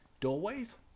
doorways